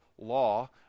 law